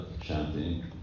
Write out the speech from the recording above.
chanting